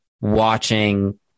watching